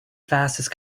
fastest